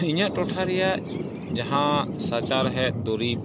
ᱤᱧᱟᱹᱜ ᱴᱚᱴᱷᱟᱨᱮᱭᱟᱜ ᱡᱟᱦᱟᱸ ᱥᱟᱪᱟᱨᱦᱮᱫ ᱫᱩᱨᱤᱵᱽ